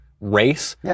race